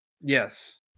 yes